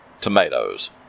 tomatoes